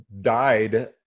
died